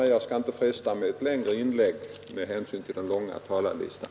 Jag skall inte fresta kammarens tålamod med ett längre inlägg med hänsyn till den långa talarlistan.